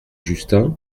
justin